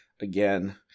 again